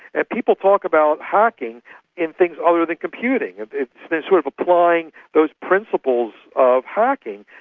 and people talk about hacking in things other than computing. they're sort of applying those principles of hacking,